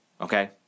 Okay